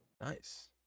Nice